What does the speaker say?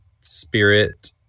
spirit